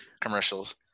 commercials